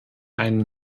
einen